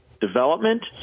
development